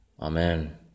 Amen